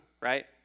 right